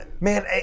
man